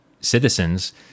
citizens